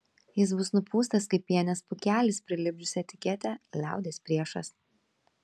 jis bus nupūstas kaip pienės pūkelis prilipdžius etiketę liaudies priešas